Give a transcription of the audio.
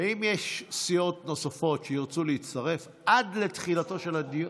ואם יש סיעות נוספות שירצו להצטרף עד לתחילתו של הדיון,